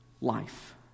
life